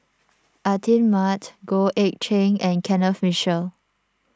Atin Amat Goh Eck Kheng and Kenneth Mitchell